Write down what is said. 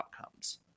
outcomes